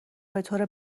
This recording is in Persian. بطور